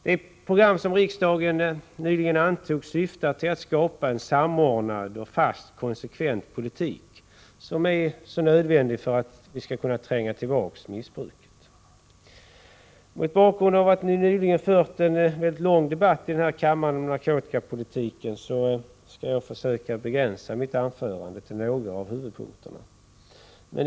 Det program som riksdagen nyligen antog syftar till att skapa den samordnande och fasta, konsekventa politik som är så nödvändig för att vi skall kunna tränga tillbaka missbruket. Mot bakgrund av att vi nyligen fört en lång debatt här i kammaren om narkotikapolitiken skall jag försöka begränsa mitt anförande till några av huvudpunkterna.